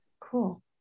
Cool